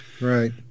right